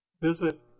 visit